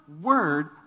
word